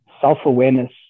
self-awareness